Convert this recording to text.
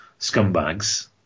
scumbags